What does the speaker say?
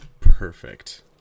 perfect